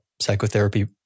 psychotherapy